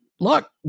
Look